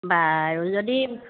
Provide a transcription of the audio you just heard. বাৰু যদি